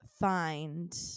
find